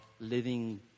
living